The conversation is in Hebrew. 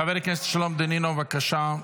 חבר הכנסת שלום דנינו, בבקשה.